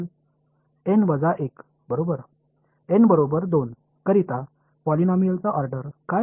N 2 க்கு சமம் என்பதற்கு பாலினாமியல் வரிசை என்ன